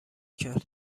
کرد